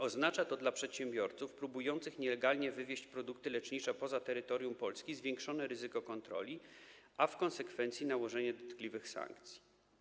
Oznacza to dla przedsiębiorców próbujących nielegalnie wywieźć produkty lecznicze poza terytorium Polski zwiększone ryzyko kontroli, a w konsekwencji nałożenie dotkliwych sankcji.